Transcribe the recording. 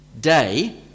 day